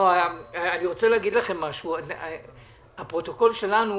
המחלקה המשפטית במשרד החוץ.